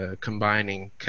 combining